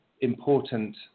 important